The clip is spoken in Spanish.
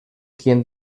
quien